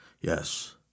yes